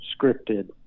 scripted